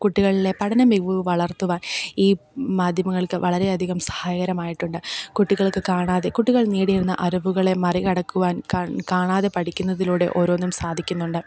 കുട്ടികളിലെ പഠന മികവ് വളർത്തുവാൻ ഈ മാധ്യമങ്ങൾക്ക് വളരെയധികം സഹായകരമായിട്ടുണ്ട് കുട്ടികൾക്ക് കാണാതെ കുട്ടികൾ നേടിയിരുന്ന അറിവുകളെ മറികടക്കുവാൻ കാണാതെ പഠിക്കുന്നതിലൂടെ ഓരോന്നും സാധിക്കുന്നുണ്ട്